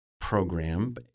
program